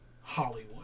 Hollywood